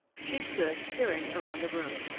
she stood peering around the room.